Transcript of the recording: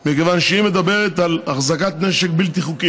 מכיוון שהיא מדברת על החזקת נשק בלתי חוקי.